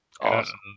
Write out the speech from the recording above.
Awesome